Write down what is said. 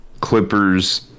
Clippers